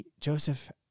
Joseph